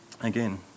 Again